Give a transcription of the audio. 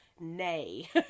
nay